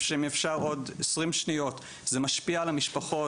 זה משפיע על המשפחות,